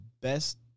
best